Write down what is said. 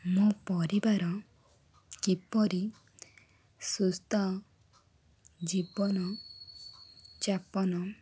ମୋ ପରିବାର କିପରି ସୁସ୍ଥ ଜୀବନ ଯାପନ